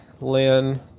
Lynn